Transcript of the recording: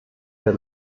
der